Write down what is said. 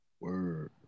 Word